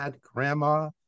grandma